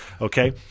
Okay